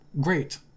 Great